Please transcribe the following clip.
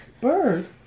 Bird